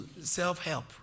self-help